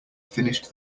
finished